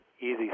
easy